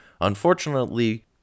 Unfortunately